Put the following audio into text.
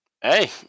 Hey